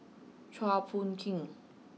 Chua Phung Kim